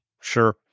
Sure